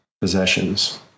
possessions